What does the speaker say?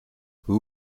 who